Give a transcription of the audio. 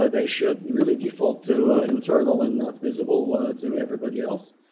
ah they should really default to ah internal and not visible to everybody else.